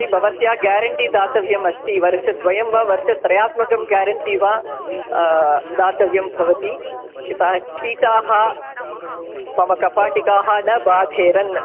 इति भवत्या ग्यारण्टी दातव्यमस्ति वर्षद्वयं वा वर्षत्रयात्मकं ग्यारण्टी वा दातव्यं भवति यत कीटाः मम कपाटीकाः न बाधेरन्